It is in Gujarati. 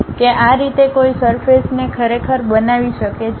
કે આ રીતે કોઈ સરફેસ ને ખરેખર બનાવી શકે છે